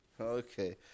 Okay